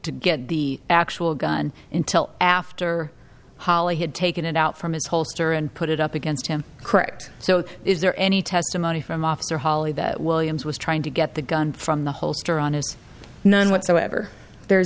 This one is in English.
to get the actual gun until after holly had taken it out from his holster and put it up against him correct so is there any testimony from officer holly that williams was trying to get the gun from the holster on his none whatsoever there's